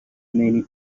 many